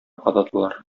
кададылар